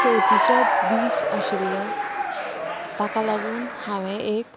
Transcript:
चवथीचे दीस आशिल्ले ताका लागून हांवे एक